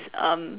um